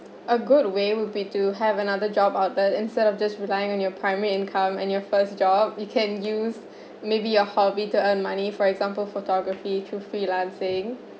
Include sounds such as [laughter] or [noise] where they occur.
a good way would be to have another job out there instead of just relying on your primary income and your first job you can use [breath] maybe a hobby to earn money for example photography through freelancing